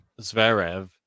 Zverev